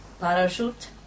parachute